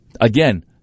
Again